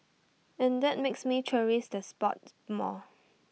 and that makes me cherish the spot more